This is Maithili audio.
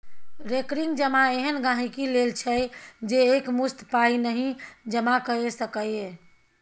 रेकरिंग जमा एहन गांहिकी लेल छै जे एकमुश्त पाइ नहि जमा कए सकैए